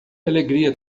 alegria